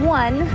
one